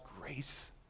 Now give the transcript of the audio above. grace